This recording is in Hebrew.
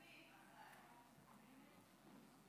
כספים, כספים.